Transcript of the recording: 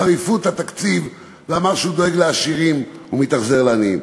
בחריפות את התקציב ואמר שהוא דואג לעשירים ומתאכזר לעניים.